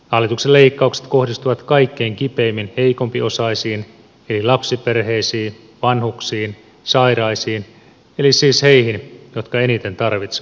hallituksen leikkaukset kohdistuvat kaikkein kipeimmin heikompiosaisiin eli lapsiperheisiin vanhuksiin sairaisiin eli siis niihin jotka eniten tarvitsevat kuntapalveluita